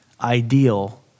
ideal